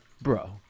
Bro